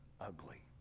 ugly